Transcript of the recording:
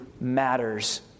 matters